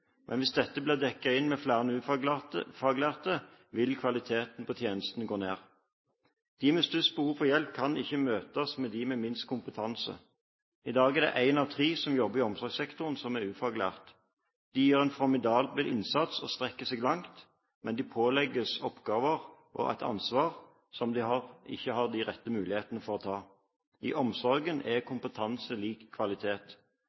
men hvis dette blir dekket inn med flere ufaglærte, vil kvaliteten på tjenesten gå ned. De med størst behov for hjelp kan ikke møtes av dem med minst kompetanse. I dag er det en av tre som jobber i omsorgssektoren som er ufaglært. De gjør en formidabel innsats og strekker seg langt, men de pålegges oppgaver og et ansvar som de ikke har de rette mulighetene for å ta. I omsorgen er kompetanse lik kvalitet.